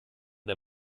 der